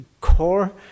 core